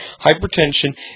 hypertension